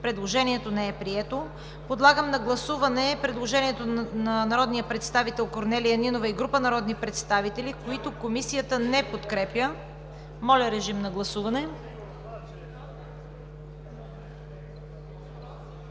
Предложението не е прието. Подлагам на гласуване предложението на народния представител Корнелия Нинова и група народни представители, което Комисията не подкрепя. Гласували